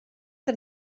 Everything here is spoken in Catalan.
que